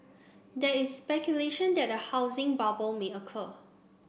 there is speculation that a housing bubble may occur